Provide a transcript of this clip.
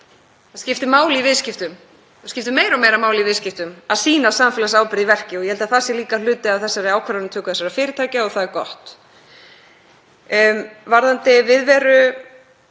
það skiptir máli í viðskiptum, það skiptir meira og meira máli í viðskiptum að sýna samfélagsábyrgð í verki og ég held að það sé líka hluti af ákvarðanatöku þessara fyrirtækja og það er gott. Varðandi viðveru